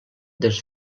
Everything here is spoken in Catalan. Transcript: des